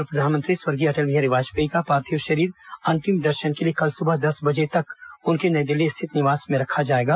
पूर्व प्रधानमंत्री स्वर्गीय अटल बिहारी वाजपेयी का पार्थिव शरीर अंतिम दर्शन के लिए कल सुबह दस बजे तक उनके नई दिल्ली स्थित निवास में रखा जाएगा